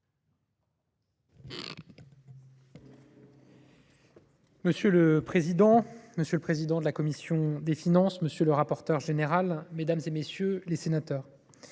Monsieur le président, monsieur le président de la commission des finances, monsieur le rapporteur, mesdames, messieurs les sénateurs,